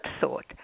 thought